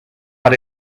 had